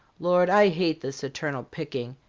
lord, i hate this eternal picking!